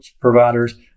providers